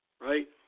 Right